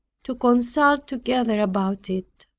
to consult together about it.